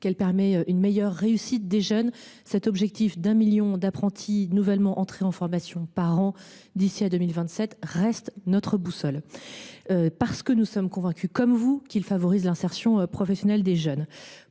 – permet une meilleure réussite des jeunes. L’objectif d’un million d’apprentis nouvellement entrés en formation par an d’ici à 2027 reste notre boussole, car nous sommes convaincus, comme vous, que l’apprentissage favorise l’insertion professionnelle des jeunes.